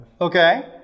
okay